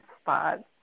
spots